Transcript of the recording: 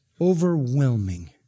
overwhelming